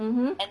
mmhmm